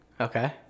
Okay